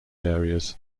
areas